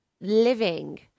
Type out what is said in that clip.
living